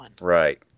Right